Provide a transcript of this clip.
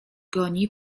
goni